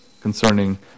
concerning